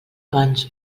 abans